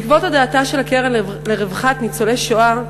בעקבות הודעתה של הקרן לרווחה לנפגעי השואה,